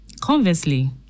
Conversely